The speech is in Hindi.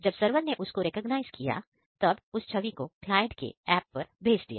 जब सरवर ने उसको रिकॉग्नाइज किया तब उस छवि को क्लाइंट के ऐप पर भेज दिया